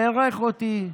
בירך אותי,